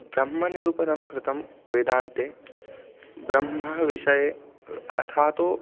ब्रह्मनिरूपणं कृतं वेदान्ते ब्रह्मविषये अथा तु